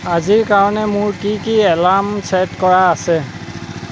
আজিৰ কাৰণে মোৰ কি কি এলাৰ্ম ছে'ট কৰা আছে